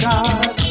God